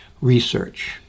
research